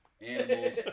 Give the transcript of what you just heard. Animals